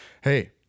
Hey